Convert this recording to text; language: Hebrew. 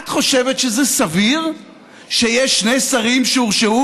את חושבת שזה סביר שיש שני שרים שהורשעו